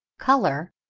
colour,